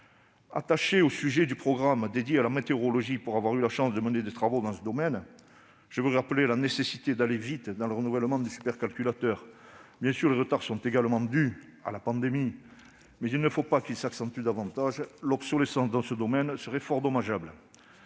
Attaché au programme dédié à la météorologie, pour avoir eu la chance de mener des travaux dans ce domaine, je veux rappeler la nécessité d'aller vite pour le renouvellement du supercalculateur. Bien sûr, les retards sont également dus à la pandémie, mais il ne faut pas qu'ils s'accentuent davantage. L'obsolescence dans ce domaine serait fort dommageable.